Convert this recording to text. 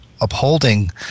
upholding